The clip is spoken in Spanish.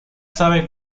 sabe